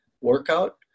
workout